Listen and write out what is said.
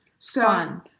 Fun